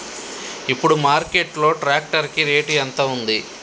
ఇప్పుడు మార్కెట్ లో ట్రాక్టర్ కి రేటు ఎంత ఉంది?